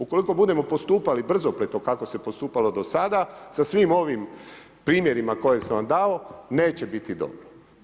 Ukoliko budemo postupali brzopleto kako se postupalo do sada sa svim ovim primjerima koje sam vam dao neće biti dobro.